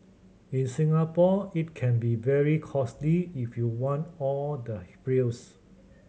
in Singapore it can be very costly if you want all the frills